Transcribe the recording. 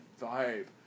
vibe